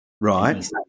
right